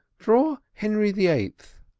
draw henry the eight.